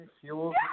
fuel